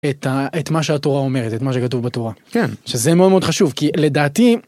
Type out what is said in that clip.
את מה שהתורה אומרת את מה שכתוב בתורה כן שזה מאוד חשוב כי לדעתי.